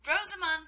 Rosamund